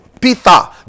Peter